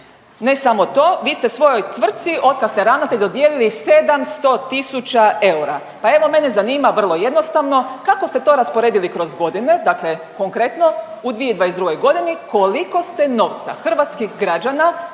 Ne samo to, vi ste svojoj tvrtci otkad ste ravnatelj dodijeli 700 tisuća eura, pa evo mene zanima vrlo jednostavno, kako ste to rasporedili kroz godine, dakle konkretno u 2022.g., koliko ste novca hrvatskih građana